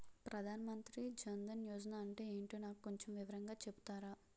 ప్రధాన్ మంత్రి జన్ దన్ యోజన అంటే ఏంటో నాకు కొంచెం వివరంగా చెపుతారా?